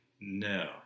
No